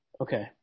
okay